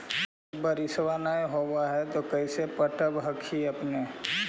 जब बारिसबा नय होब है तो कैसे पटब हखिन अपने?